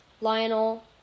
Lionel